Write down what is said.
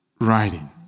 writing